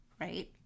right